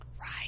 Right